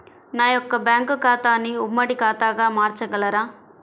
నా యొక్క బ్యాంకు ఖాతాని ఉమ్మడి ఖాతాగా మార్చగలరా?